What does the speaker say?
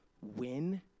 win